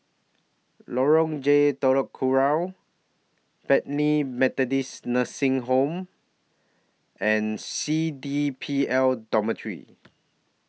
Lorong J Telok Kurau Bethany Methodist Nursing Home and C D P L Dormitory